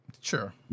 Sure